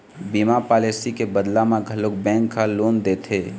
बीमा पॉलिसी के बदला म घलोक बेंक ह लोन देथे